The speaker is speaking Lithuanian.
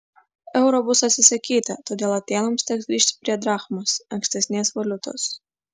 euro bus atsisakyta todėl atėnams teks grįžti prie drachmos ankstesnės valiutos